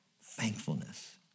thankfulness